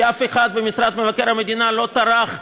כי אף אחד במשרד מבקר המדינה לא טרח,